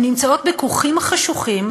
הן נמצאות בכוכים חשוכים,